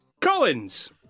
Collins